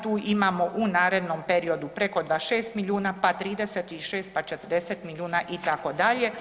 Tu imamo u narednom periodu preko 26 milijuna, pa 36, pa 40 milijuna itd.